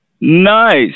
Nice